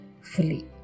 fully